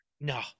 No